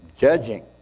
judging